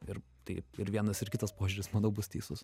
ir tai ir vienas ir kitas požiūris manau bus teisus